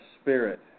Spirit